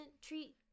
treat